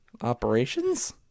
operations